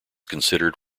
considered